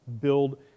build